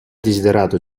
desiderato